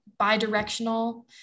bidirectional